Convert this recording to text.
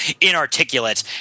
inarticulate